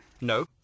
No